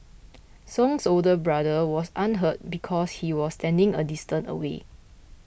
Song's older brother was unhurt because he was standing a distance away